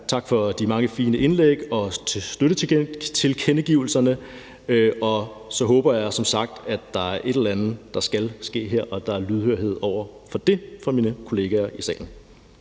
tak for de mange fine indlæg og støttetilkendegivelserne. Og så håber jeg som sagt, at der er et eller andet, der skal ske her, og at der er lydhørhed over for det fra mine kollegaer i salens